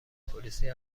پلیسی